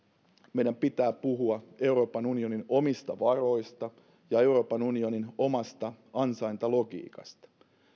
meidän pitää puhua euroopan unionin omista varoista ja euroopan unionin omasta ansaintalogiikasta